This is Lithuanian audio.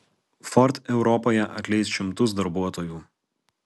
ford europoje atleis šimtus darbuotojų